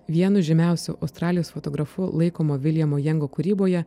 vienu žymiausių australijos fotografu laikomo viljamo jango kūryboje